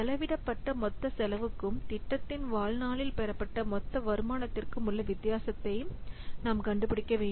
செலவிடப்பட்ட மொத்த செலவுக்கும் திட்டத்தின் வாழ்நாளில் பெறப்பட்ட மொத்த வருமானத்திற்கும் உள்ள வித்தியாசத்தை நாம் கண்டுபிடிக்க வேண்டும்